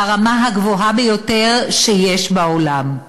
ברמה הגבוהה ביותר שיש בעולם.